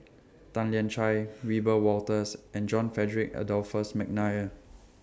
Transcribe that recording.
Tan Lian Chye Wiebe Wolters and John Frederick Adolphus Mcnair